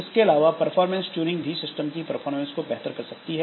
इसके अलावा performance tuning भी सिस्टम की परफॉर्मेंस को बेहतर कर सकती है